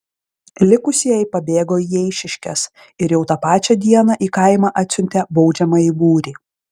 likusieji pabėgo į eišiškes ir jau tą pačią dieną į kaimą atsiuntė baudžiamąjį būrį